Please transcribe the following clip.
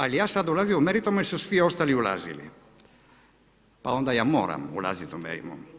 Ali ja sada ulazim u meritum jer su svi ostali ulazili, pa onda ja moram ulaziti u meritum.